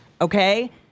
okay